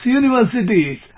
universities